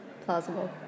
plausible